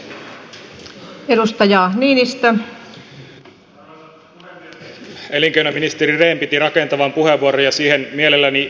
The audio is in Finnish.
elinkeinoministeri rehn piti rakentavan puheenvuoron ja siihen mielelläni tartun